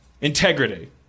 Integrity